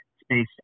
space